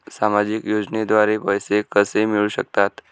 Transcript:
सामाजिक योजनेद्वारे पैसे कसे मिळू शकतात?